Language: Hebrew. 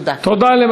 תודה.